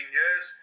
years